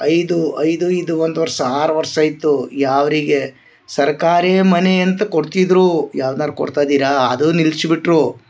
ಐದು ಐದು ಇದು ಒಂದು ವರ್ಷ ಆರು ವರ್ಷ ಆಯಿತು ಯಾರಿಗೆ ಸರ್ಕಾರಿ ಮನೆ ಅಂತ ಕೊಡ್ತಿದ್ದರೂ ಯಾವ್ದಾರ ಕೊಡ್ತಾ ಇದೀರಾ ಅದು ನಿಲ್ಸ ಬಿಟ್ಟರು